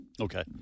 Okay